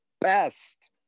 best